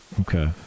Okay